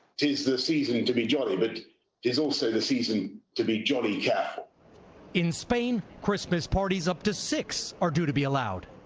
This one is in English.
tis the season to be jolly but it is also the season to be jolly jap. reporter in spain christmas parties up to six are due to be allowed.